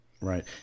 Right